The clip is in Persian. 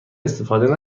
استفاده